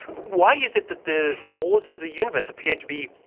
why is it that the laws of the universe appear to be,